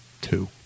two